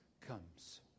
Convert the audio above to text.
comes